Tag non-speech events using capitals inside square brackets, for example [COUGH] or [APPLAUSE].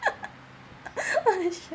[LAUGHS]